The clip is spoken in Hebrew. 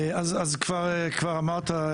כבר אמרת,